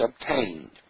obtained